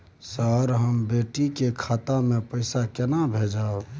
Sir, हम बेटी के खाता मे पैसा केना भेजब?